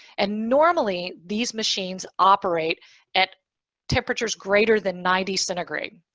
and normally these machines operate at temperatures greater than ninety centigrade.